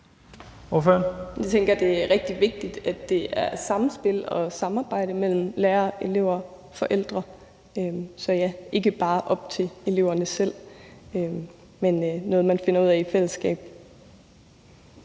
(EL): Jeg tænker, det er rigtig vigtigt, at det er et samspil og et samarbejde mellem lærere, elever og forældre, så det ikke bare er op til eleverne selv, men noget, man finder ud af i fællesskab.